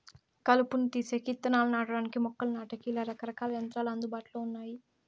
కలుపును తీసేకి, ఇత్తనాలు నాటడానికి, మొక్కలు నాటేకి, ఇలా రకరకాల యంత్రాలు అందుబాటులో ఉన్నాయి